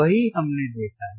वही हमने देखा है